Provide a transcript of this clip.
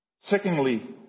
Secondly